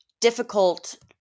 difficult